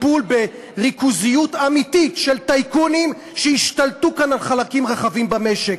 טיפול בריכוזיות אמיתית של טייקונים שהשתלטו כאן על חלקים רחבים במשק,